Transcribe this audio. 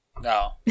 No